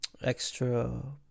extra